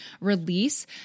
release